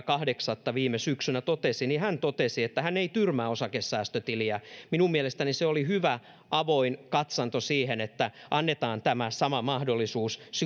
kahdeksatta viime syksynä totesi että hän ei tyrmää osakesäästötiliä minun mielestäni se oli hyvä avoin katsanto siihen että annetaan tämä sama mahdollisuus